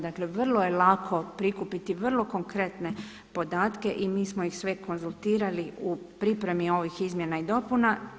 Dakle, vrlo je lako prikupiti vrlo konkretne podatke i mi smo ih sve konzultirali u pripremi ovih izmjena i dopuna.